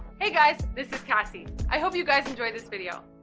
hey guys, this is cassie. i hope you guys enjoyed this video.